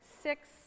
six